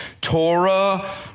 Torah